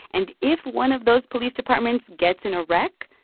and if one of those police departments gets in a wreck,